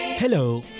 Hello